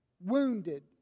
wounded